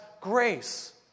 grace